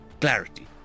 Clarity